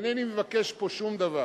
אינני מבקש פה שום דבר.